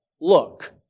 look